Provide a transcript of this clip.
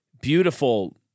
beautiful